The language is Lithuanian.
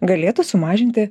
galėtų sumažinti